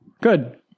Good